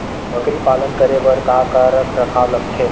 बकरी पालन करे बर काका रख रखाव लगथे?